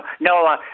No